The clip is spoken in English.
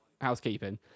housekeeping